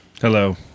Hello